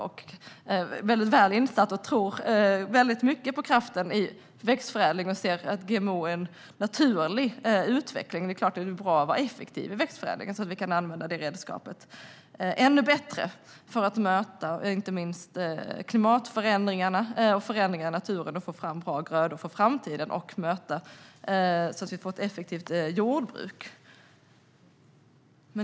Jag är väldigt väl insatt och tror mycket på kraften i växtförädling, och jag ser att GMO är en naturlig utveckling. Det är klart att det är bra att vara effektiv i växtförädlingen så att vi kan använda detta redskap ännu bättre. Då kan vi möta inte minst klimatförändringarna och förändringar i naturen med bättre grödor i framtiden, och vi får därmed ett effektivare jordbruk.